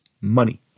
money